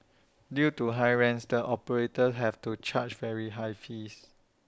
due to high rents the operators have to charge very high fees